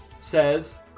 says